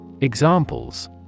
Examples